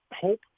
Hope